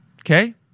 Okay